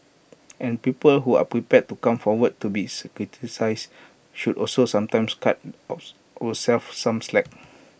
and people who are prepared to come forward to be criticised should also sometimes cut ourselves some slack